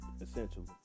essentially